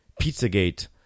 Pizzagate